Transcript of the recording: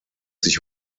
sich